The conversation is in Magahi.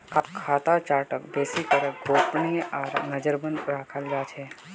खाता चार्टक बेसि करे गोपनीय आर नजरबन्द रखाल जा छे